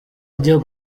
ryo